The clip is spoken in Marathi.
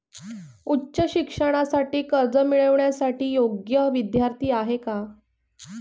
उच्च शिक्षणासाठी कर्ज मिळविण्यासाठी मी योग्य विद्यार्थी आहे का?